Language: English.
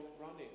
running